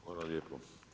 Hvala lijepo.